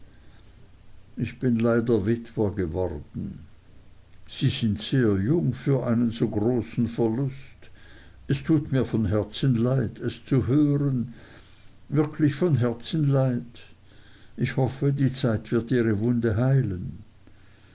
ich bin leider witwer geworden sie sind sehr jung für einen so großen verlust es tut mir von herzen leid es zu hören wirklich von herzen leid ich hoffe die zeit wird ihre wunde heilen